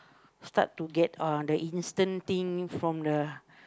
start to get uh the instant thing from the